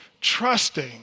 Trusting